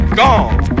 gone